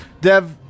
Dev